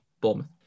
Bournemouth